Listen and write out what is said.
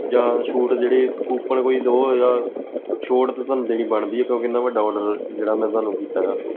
ਜਾਂ ਛੂਟ ਜਿਹੜੇ ਕੂਪਨ ਕੋਈ ਦਿਉ ਜਾਂ ਛੋਟ ਤਾਂ ਤੁਹਾਨੂੰ ਦੇਣੀ ਬਣਦੀ ਹੈ ਕਿਉਂਕਿ ਇੰਨਾ ਵੱਡਾ ਔਡਰ ਜਿਹੜਾ ਮੈਂ ਤੁਹਾਨੂੰ ਕੀਤਾ ਹੈਗਾ